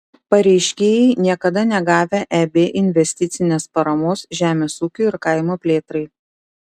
pareiškėjai niekada negavę eb investicinės paramos žemės ūkiui ir kaimo plėtrai